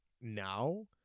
now